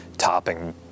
topping